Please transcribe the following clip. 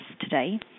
today